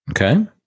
Okay